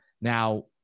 Now